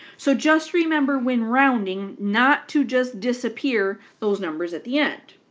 so just remember when rounding not to just disappear those numbers at the end,